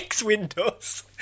Windows